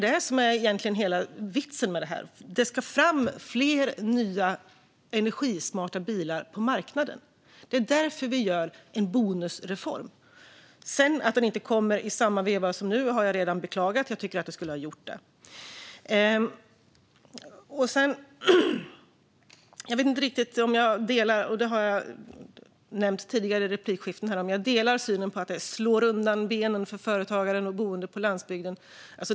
Det är egentligen hela vitsen med detta. Fler nya energismarta bilar ska komma fram på marknaden. Det är därför vi gör en bonusreform. Att den inte kommer i samma veva har jag redan beklagat. Det borde den ha gjort. Jag har i tidigare repliker sagt att jag inte riktigt delar synen på att det här slår undan benen på företagaren och den boende på landsbygden.